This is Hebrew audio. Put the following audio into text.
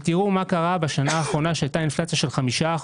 ותראו מה קרה בשנה האחרונה שהייתה אינפלציה של 5%,